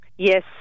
Yes